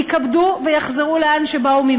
יתכבדו ויחזרו לאן שבאו.